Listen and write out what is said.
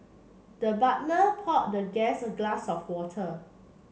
the butler poured the guest a glass of water